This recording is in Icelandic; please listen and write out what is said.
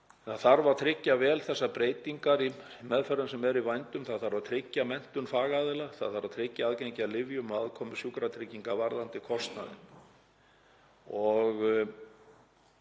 Það þarf að tryggja vel þessar breytingar í meðförum sem eru í vændum. Það þarf að tryggja menntun fagaðila. Það þarf að tryggja aðgengi að lyfjum og aðkomu Sjúkratrygginga varðandi kostnaðinn.